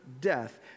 death